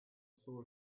saw